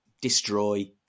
destroy